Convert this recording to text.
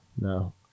No